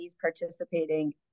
participating